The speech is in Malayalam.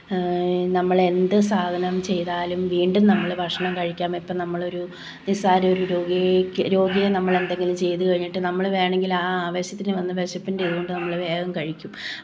നമ്മൾ എന്ത് സാധനം ചെയ്താലും വീണ്ടും നമ്മൾ ഭക്ഷണം കഴിക്കാം ഇപ്പം നമ്മളൊരു നിസ്സാര ഒരു രോഗിക്ക് രോഗിയെ നമ്മൾ എന്തെങ്കിലും ചെയ്ത് കഴിഞ്ഞിട്ട് നമ്മൾ വേണമെങ്കിൽ ആ ആവേശത്തിന് വന്ന് വിശപ്പിന്റെ ഇതുകൊണ്ട് വേഗം കഴിക്കും